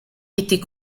était